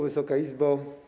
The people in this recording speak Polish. Wysoka Izbo!